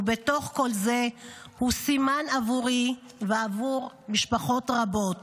ובתוך כל זה הוא סימן עבורי ועבור משפחות רבות